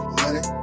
money